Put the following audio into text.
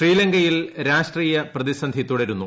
ശ്രീലങ്കയിൽ രാഷ്ട്രീയ പ്രതിസന്ധി തുടരുന്നു